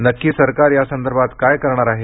नक्की सरकार यासंदर्भात काय करणार आहे